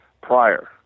prior